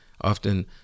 Often